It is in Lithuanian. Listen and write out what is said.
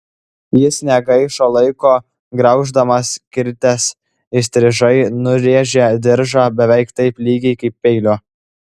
jis negaišo laiko grauždamas kirtęs įstrižai nurėžė diržą beveik taip lygiai kaip peiliu